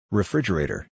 Refrigerator